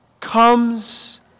Comes